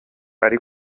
ari